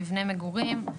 מבני מגורים,